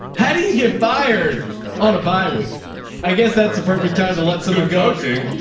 how do you get fired on a bi-week i guess that's the perfect time to let someone go. ching,